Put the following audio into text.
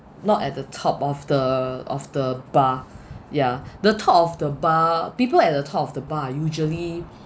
not at the top of the of the bar yeah the top of the bar people at the top of the bar are usually